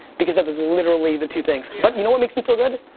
because that was literally the two things. but you know what makes me feel good,